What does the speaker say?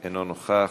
אינו נוכח.